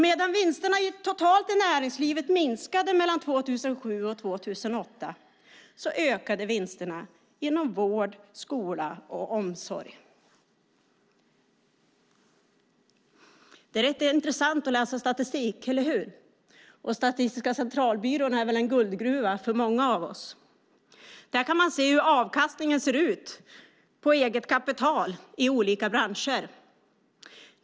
Medan vinsterna totalt i näringslivet minskade mellan 2007 och 2008 ökade vinsterna inom vård, skola och omsorg. Det är intressant att läsa statistik, eller hur? Statistiska centralbyrån är en guldgruva för många av oss. Där kan man se hur avkastningen ser ut på eget kapital i olika branscher.